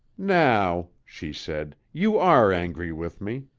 now, she said, you are angry with me.